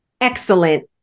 excellent